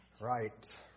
Right